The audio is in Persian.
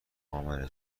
امنه